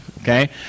okay